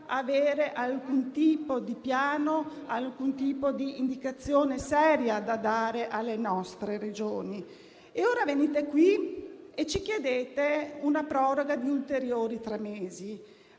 avere alcun tipo di piano, alcun tipo di indicazione seria da dare alle nostre Regioni? Ora venite qui e ci chiedete una proroga di ulteriori tre mesi,